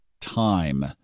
time